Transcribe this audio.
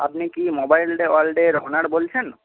আপনি কি মোবাইল ওয়ার্ল্ডের ওনার বলছেন